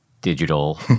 digital